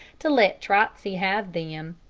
to let trotsey have them,